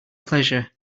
pleasure